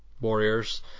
warriors